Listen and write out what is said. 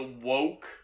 woke